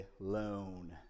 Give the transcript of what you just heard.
alone